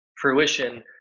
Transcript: fruition